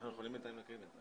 לקרוא את נוסח הצעת החוק,